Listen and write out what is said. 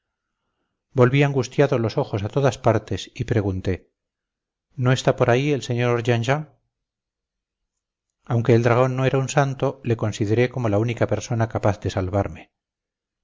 volví angustiado los ojos a todas partes y pregunté no está por ahí el sr jean jean aunque el dragón no era un santo le consideré como la única persona capaz de salvarme